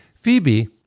Phoebe